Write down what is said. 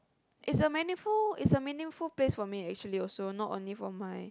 it's a meaningful it's a meaningful place for me actually also not only for my